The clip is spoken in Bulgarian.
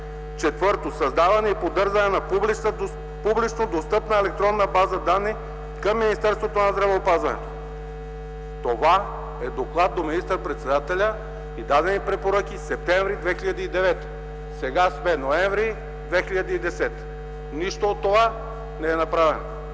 „4. Създаване и поддържане на публично достъпна електронна база данни към Министерството на здравеопазването.” Това е доклад до министър-председателя с дадени препоръки от септември 2009 г., а сега е ноември 2010 г. Нищо от това не е направено.